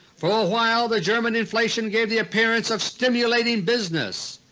for a while the german inflation gave the appearance of stimulating business,